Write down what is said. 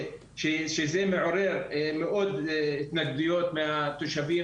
שזה מעורר מאוד התנגדויות מהתושבים